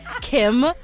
Kim